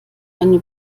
eine